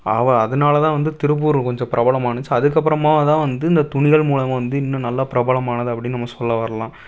அவ அதுனால் தான் வந்து திருப்பூர் கொஞ்சம் பிரபலமானுச்சு அதுக்கப்புறமா தான் இந்த துணிகள் மூலமா வந்து இன்னும் நல்லா பிரபலமானது அப்படினு நம்ம சொல்ல வர்லாம்